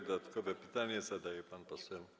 Dodatkowe pytanie zadaje pan poseł.